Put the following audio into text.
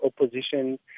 opposition